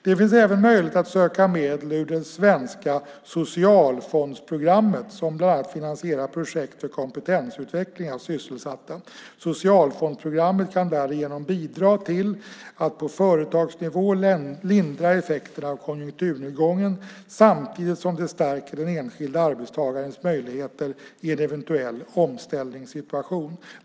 Det finns även möjlighet att söka medel ur det svenska socialfondsprogrammet som bland annat finansierar projekt för kompetensutveckling av sysselsatta. Socialfondsprogrammet kan därigenom bidra till att på företagsnivå lindra effekterna av konjunkturnedgången samtidigt som det stärker den enskilde arbetstagarens möjligheter i en eventuell omställningssituation.